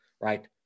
right